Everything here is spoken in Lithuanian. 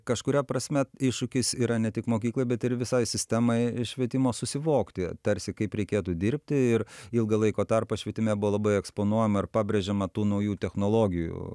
kažkuria prasme iššūkis yra ne tik mokyklai bet ir visai sistemai švietimo susivokti tarsi kaip reikėtų dirbti ir ilgą laiko tarpą švietime buvo labai eksponuojama ir pabrėžiama tų naujų technologijų